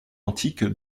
antique